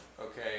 okay